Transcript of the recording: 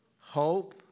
hope